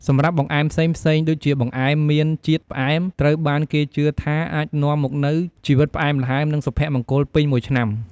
សម្រាប់់បង្អែមផ្សេងៗ ដូចជាបង្អែមមានជាតិផ្អែម ត្រូវបានគេជឿថាអាចនាំមកនូវជីវិតផ្អែមល្ហែមនិងសុភមង្គលពេញមួយឆ្នាំ។